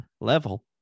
level